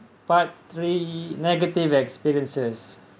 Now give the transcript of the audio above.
part three negative experiences